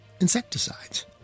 insecticides